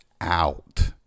out